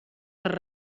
per